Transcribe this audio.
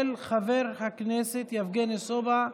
של חבר הכנסת יבגני סובה,